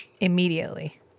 immediately